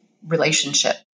Relationship